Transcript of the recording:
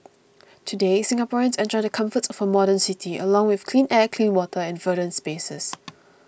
today Singaporeans enjoy the comforts for a modern city along with clean air clean water and verdant spaces